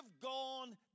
gone